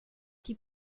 die